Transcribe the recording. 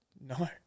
No